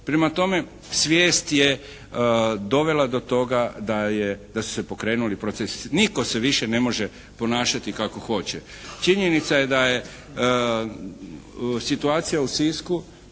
Prema tome, svijest je dovela do toga da su se pokrenuli procesi. Nitko se više ne može ponašati kako hoće. Činjenica je da je situacija u Sisku,